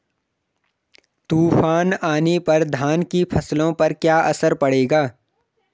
तूफान आने पर धान की फसलों पर क्या असर पड़ेगा?